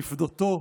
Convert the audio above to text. לפדותו,